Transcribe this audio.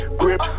grip